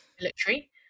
military